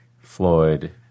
Floyd